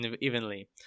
evenly